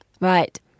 Right